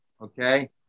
okay